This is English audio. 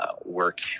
work